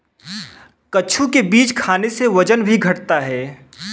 कद्दू के बीज खाने से वजन भी घटता है